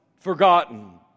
forgotten